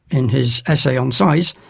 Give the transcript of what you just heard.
in his essay on size,